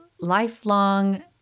lifelong